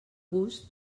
gust